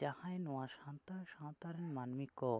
ᱡᱟᱦᱟᱸᱭ ᱱᱚᱣᱟ ᱥᱟᱱᱛᱟᱲ ᱥᱟᱶᱛᱟ ᱨᱮᱱ ᱢᱟᱹᱱᱢᱤ ᱠᱚ